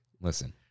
Listen